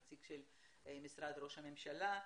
נציג משרד ראש הממשלה,